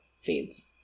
feeds